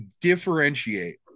differentiate